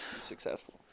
successful